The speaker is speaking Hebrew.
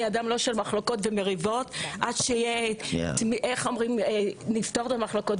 לא אדם של מחלוקות ומריבות עד שנפתור את המחלוקות.